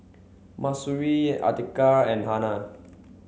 Mahsuri Atiqah and Hana